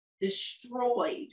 destroyed